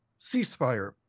ceasefire